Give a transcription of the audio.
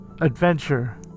Adventure